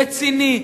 רציני,